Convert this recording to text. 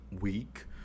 week